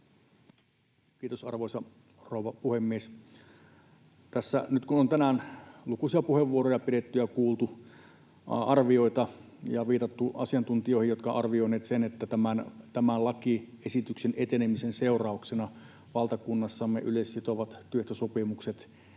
Kiitos, arvoisa rouva puhemies! Tässä nyt kun on tänään lukuisia puheenvuoroja pidetty ja kuultu arvioita ja viitattu asiantuntijoihin, jotka ovat arvioineet sen, että tämän lakiesityksen etenemisen seurauksena valtakunnassamme yleissitovat työehtosopimukset